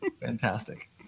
Fantastic